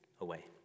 away